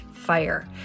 fire